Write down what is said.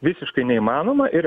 visiškai neįmanoma ir